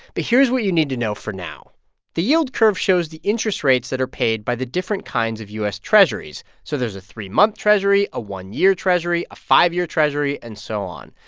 but here's what you need to know for now the yield curve shows the interest rates that are paid by the different kinds of u s. treasurys. so there's a three-month treasury, a one-year treasury, a five-year treasury and so on.